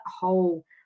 whole